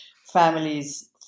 Families